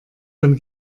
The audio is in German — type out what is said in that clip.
dann